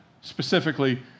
specifically